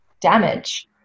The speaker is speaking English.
damage